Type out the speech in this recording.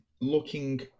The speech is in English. looking